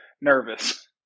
nervous